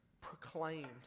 proclaimed